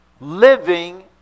living